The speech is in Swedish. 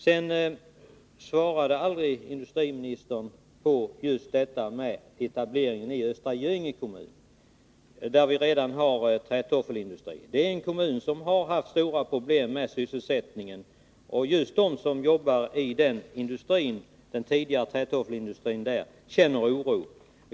Industriministern svarade inte på min fråga om Samhällsföretags etablering i Östra Göinge kommun, där det redan finns trätoffelindustri. Östra Göinge är en kommun som har haft stora problem med sysselsättningen, och just de som jobbar i trätoffelindustrin där känner oro.